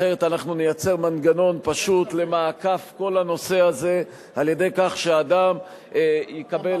אחרת אנחנו נייצר מנגנון פשוט למעקף כל הנושא הזה על-ידי כך שאדם יקבל